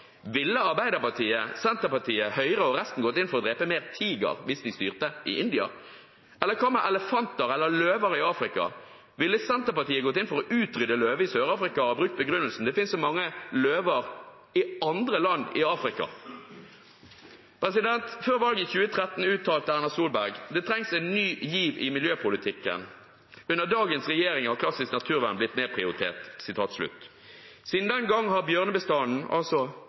Ville Arbeiderpartiet, Senterpartiet, Høyre og resten gått inn for å drepe mer tiger hvis de styrte i India? Eller hva med elefanter og løver i Afrika: Ville Senterpartiet gått inn for å utrydde løve i Sør-Afrika og brukt begrunnelsen om at det finnes så mange løver i andre land i Afrika? Før valget i 2013 uttalte Erna Solberg: «Det trengs en ny giv i miljøpolitikken. Under dagens regjering har klassisk naturvern blitt nedprioritert.» Siden den gang har bjørnebestanden